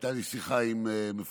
הייתה לי שיחה עם יאיר אבידן,